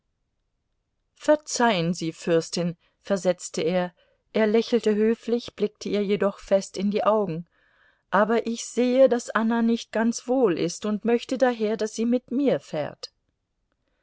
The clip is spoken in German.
verzeihen sie fürstin versetzte er er lächelte höflich blickte ihr jedoch fest in die augen aber ich sehe daß anna nicht ganz wohl ist und möchte daher daß sie mit mir fährt